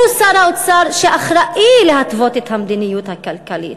הוא שר האוצר שאחראי להתוויית המדיניות הכלכלית.